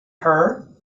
her